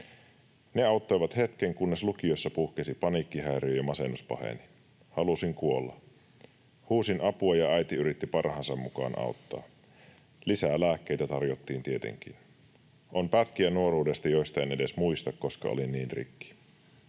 Ne auttoivat hetken, kunnes lukiossa puhkesi paniikkihäiriö ja masennus paheni. Halusin kuolla. Huusin apua, ja äiti yritti parhaansa mukaan auttaa. Lisää lääkkeitä tarjottiin tietenkin. On pätkiä nuoruudesta, joita en edes muista, koska olin niin rikki.